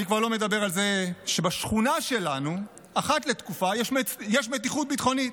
אני כבר לא מדבר על זה שבשכונה שלנו אחת לתקופה יש מתיחות ביטחונית,